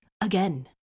again